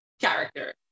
character